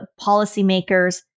policymakers